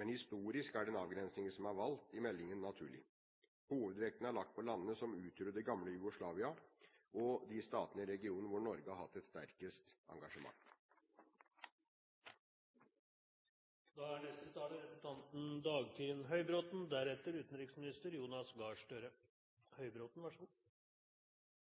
men historisk er den avgrensingen som er valgt i meldingen, naturlig. Hovedvekten er lagt på landene som utgjorde det gamle Jugoslavia, og de statene i regionen hvor Norge har hatt et sterkest engasjement.